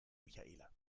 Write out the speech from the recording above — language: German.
michaela